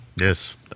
Yes